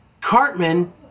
Cartman